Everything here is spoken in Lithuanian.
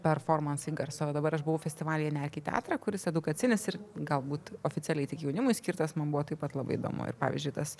performansai garso dabar aš buvau festivalyje nerk į teatrą kuris edukacinis ir galbūt oficialiai tik jaunimui skirtas mum buvo taip pat labai įdomu ir pavyzdžiui tas